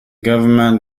government